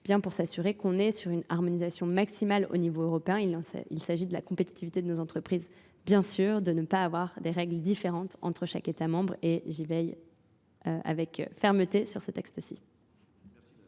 pour s'assurer qu'on est sur une harmonisation maximale au niveau européen. Il s'agit de la compétitivité de nos entreprises, bien sûr, de ne pas avoir des règles différentes entre chaque état membre et j'y veille avec fermeté sur ce texte-ci.